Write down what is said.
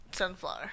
Sunflower